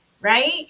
right